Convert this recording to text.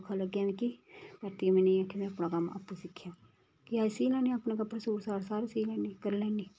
धोखा लग्गेआ मिकी परतियै में अपना कम्म आपूं सिक्खेआ कि अज्ज सी लैन्नी अपने कपड़े सूट साट सारे सी लैनी करी लैन्नी